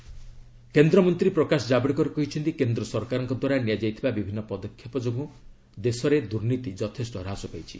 ଜାବ୍ଡେକର କେନ୍ଦ୍ରମନ୍ତ୍ରୀ ପ୍ରକାଶ ଜାବ୍ଡେକର କହିଛନ୍ତି କେନ୍ଦ୍ର ସରକାରଙ୍କଦ୍ୱାରା ନିଆଯାଇଥିବା ବିଭିନ୍ନ ପଦକ୍ଷେପ ଯୋଗୁଁ ଦେଶରେ ଦୂର୍ନୀତି ଯଥେଷ୍ଟ ହ୍ରାସ ପାଇଛି